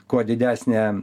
kuo didesnė